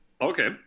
Okay